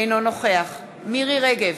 אינו נוכח מירי רגב,